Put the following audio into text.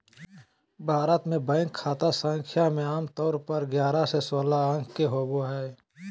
भारत मे बैंक खाता संख्या मे आमतौर पर ग्यारह से सोलह अंक के होबो हय